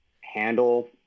handle